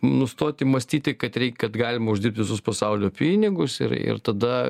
nustoti mąstyti kad reik kad galima uždirbti visus pasaulio pinigus ir ir tada